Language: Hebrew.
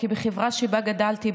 כי בחברה שבה גדלתי,